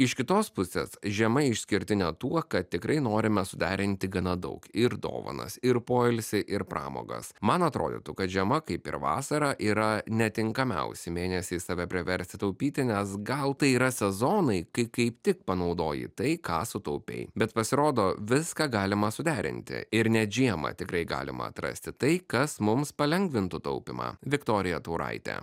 iš kitos pusės žiema išskirtinė tuo kad tikrai norime suderinti gana daug ir dovanas ir poilsį ir pramogas man atrodytų kad žiema kaip ir vasara yra ne tinkamiausi mėnesiai save priversti taupyti nes gal tai yra sezonai kai kaip tik panaudoji tai ką sutaupei bet pasirodo viską galima suderinti ir net žiemą tikrai galima atrasti tai kas mums palengvintų taupymą viktorija tauraitė